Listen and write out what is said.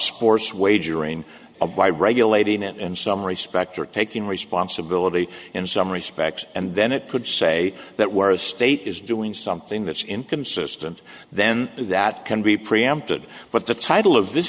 sports wagering by regulating it in some respects or taking responsibility in some respects and then it could say that where a state is doing something that's inconsistent then that can be preempted but the title of this